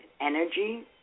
energy